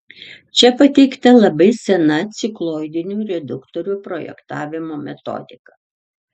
čia pateikta labai sena cikloidinių reduktorių projektavimo metodika